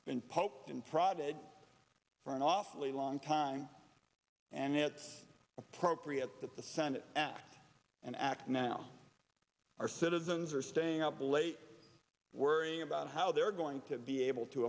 prodded for an awfully long time and it's appropriate that the senate act and act now our citizens are staying up late worrying about how they're going to be able to